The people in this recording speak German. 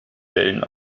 wellen